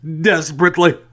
desperately